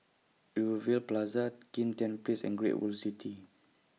Plaza Kim Tian Place and Great World City